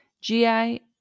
GI